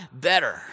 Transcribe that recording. better